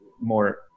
more